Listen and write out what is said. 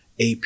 AP